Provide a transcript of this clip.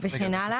וכן הלאה,